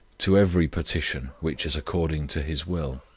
to every petition which is according to his will.